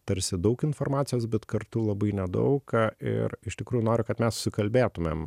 tarsi daug informacijos bet kartu labai nedaug ir iš tikrų noriu kad mes kalbėtumėm